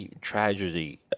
tragedy